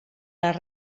les